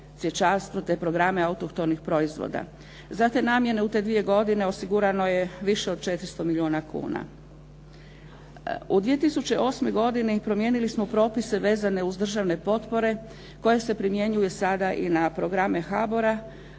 cvjećarstvo te programe autohtonih proizvoda. Za te namjene u te dvije godine osigurano je više od 400 milijuna kuna. U 2008. godini promijenili smo propise vezane uz državne potpore koji se primjenjuju sada i na programe HABOR-a